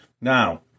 now